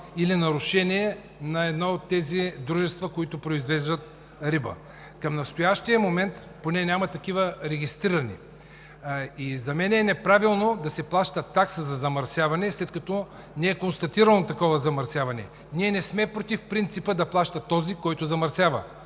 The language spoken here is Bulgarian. или нарушение на едно от тези дружества, които произвеждат риба. Към настоящия момент поне няма такива регистрирани. За мен е неправилно да се плаща такса за замърсяване, след като не е констатирано такова. Ние не сме против принципа да плаща този, който замърсява.